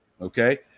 Okay